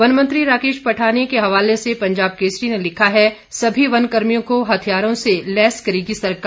one मंत्री राकेश पठानिया के हवाले से पंजाब केसरी ने लिखा है सभी वन कर्मियों को हथियारों से लैस करेगी सरकार